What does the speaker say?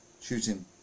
shooting